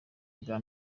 bwa